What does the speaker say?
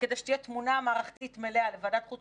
וכדי שתהיה תמונה מערכתית מלאה לוועדת חוץ